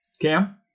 Cam